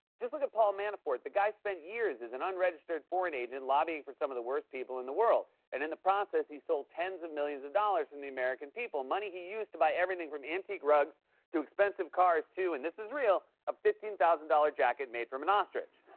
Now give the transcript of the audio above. just look at paul manafort. the guy spent years as an unregistered foreign agent, lobbying for some of the worst people in the world. and in the process, he stole tens of millions of dollars from the american people, money he used to buy everything from antique rugs to expensive cars to and this is real a fifteen thousand dollars jacket made from an ostrich,